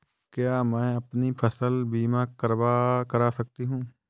क्या मैं अपनी फसल बीमा करा सकती हूँ?